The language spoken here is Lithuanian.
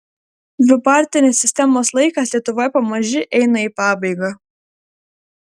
dvipartinės sistemos laikas lietuvoje pamaži eina į pabaigą